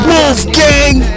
Wolfgang